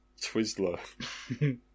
twizzler